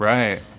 Right